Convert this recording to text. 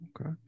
Okay